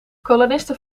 kolonisten